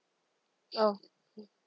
oh